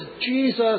Jesus